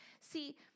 See